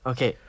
Okay